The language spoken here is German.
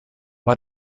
war